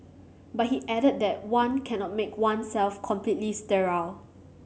but he added that one cannot make oneself completely sterile